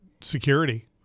security